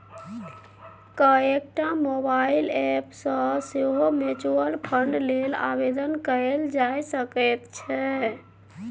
कएकटा mobile app सँ सेहो म्यूचुअल फंड लेल आवेदन कएल जा सकैत छै